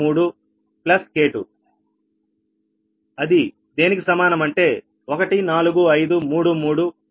33 K2 14533 K1 K2 Rshr